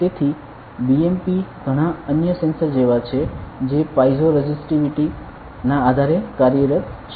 તેથી BMPs ઘણા અન્ય સેન્સર જેવા છે જે પાઇઝો રેઝિસ્ટિવિટી ના આધારે કાર્યરત છે